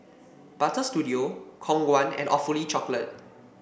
Butter Studio Khong Guan and Awfully Chocolate